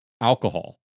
Alcohol